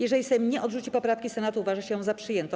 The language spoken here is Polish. Jeżeli Sejm nie odrzuci poprawki Senatu, uważa się ją za przyjętą.